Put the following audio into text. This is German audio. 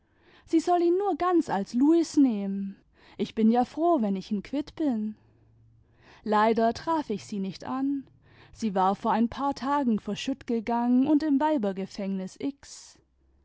sie soll ihn nur ganz als louis nehmen ich bin ja froh wenn ich n quitt bin leider traf ich sie nicht an sie war vor ein paar tagen verschüttgegangen und im weibergefängnis x